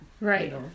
Right